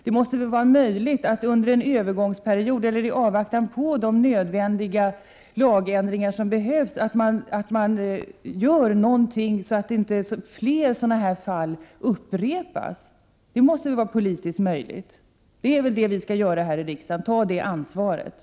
Det måste väl under en övergångsperiod eller i avvaktan på de nödvändiga lagändringarna vara möjligt att göra något så att inte fler sådana här fall uppkommer? Detta måste väl vara politiskt möjligt? Det är väl det ansvaret vi skall ta här i riksdagen?